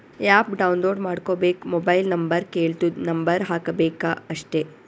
app download ಮಾಡ್ಕೋಬೇಕ್ mobile number ಕೆಳ್ತುದ್ number ಹಾಕಬೇಕ ಅಷ್ಟೇ